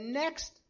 next